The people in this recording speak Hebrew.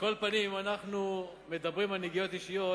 אנחנו מדברים על נגיעות אישיות,